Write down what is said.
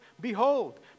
Behold